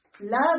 Love